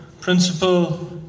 principal